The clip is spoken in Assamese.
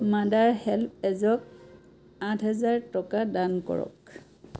মাডাৰ হেল্প এজক আঠ হেজাৰ টকা দান কৰক